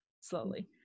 Slowly